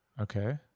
Okay